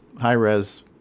high-res